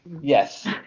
yes